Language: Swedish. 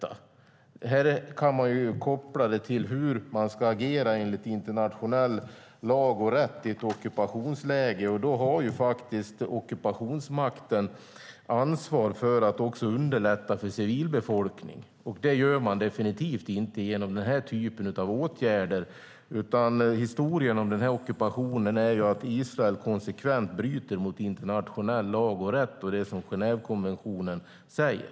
Det här kan vi ju koppla till hur man i ett ockupationsläge ska agera enligt internationell lag och rätt. Då har faktiskt ockupationsmakten ansvar för att också underlätta för civilbefolkning, och det gör man definitivt inte genom den här typen av åtgärder. Historien om den här ockupationen är att Israel konsekvent bryter mot internationell lag och rätt och det som Genèvekonventionen säger.